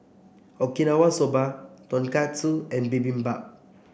Okinawa Soba Tonkatsu and Bibimbap